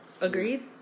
Agreed